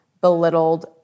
belittled